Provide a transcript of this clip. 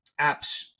apps